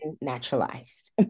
naturalized